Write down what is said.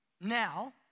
Now